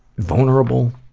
vulnerable